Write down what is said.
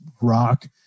rock